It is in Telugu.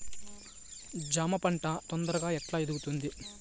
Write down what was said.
జామ పంట తొందరగా ఎట్లా ఎదుగుతుంది?